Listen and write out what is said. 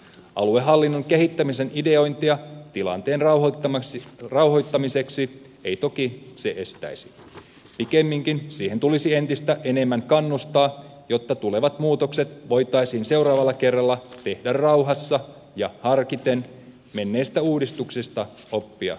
aluehallinnon kehittämisen ideointia tilanteen rauhoittamiseksi ei toki se estäisi pikemminkin siihen tulisi entistä enemmän kannustaa jotta tulevat muutokset voitaisiin seuraavalla kerralla tehdä rauhassa ja harkiten menneistä uudistuksista oppia ottaen